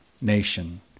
nation